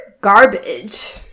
garbage